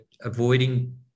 avoiding